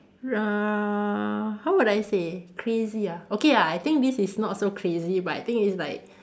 uh how would I say crazy ah okay ah I think this is not so crazy but I think it's like